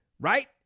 right